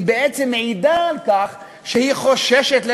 היא בעצם מעידה על כך שהיא חוששת לגורלה,